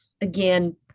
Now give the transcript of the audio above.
again